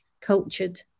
cultured